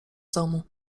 domu